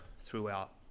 throughout